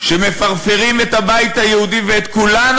שמפרפרים את הבית היהודי ואת כולנו,